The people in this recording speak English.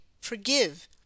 forgive